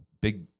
big